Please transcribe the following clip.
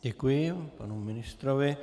Děkuji panu ministrovi.